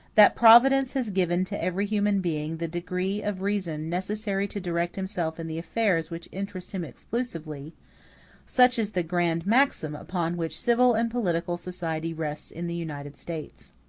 that providence has given to every human being the degree of reason necessary to direct himself in the affairs which interest him exclusively such is the grand maxim upon which civil and political society rests in the united states.